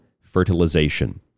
fertilization